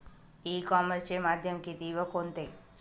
E कॉमर्सचे माध्यम किती व कोणते?